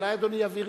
אולי אדוני יבהיר,